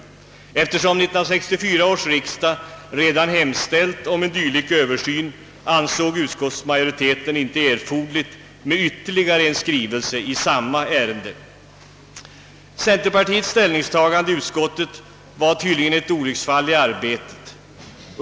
Eftersom 1964 års riksdag redan hemställt om en dylik översyn ansåg utskottsmajoriteten det icke erforderligt med ytterligare en skrivelse i samma ärende. Centerpartiets ställningstagande i utskottet var tydligen ett olycksfall i arbetet.